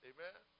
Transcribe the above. Amen